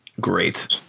Great